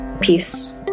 Peace